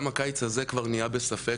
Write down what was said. גם הקיץ הזה נהיה בספק,